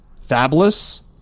fabulous